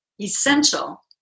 essential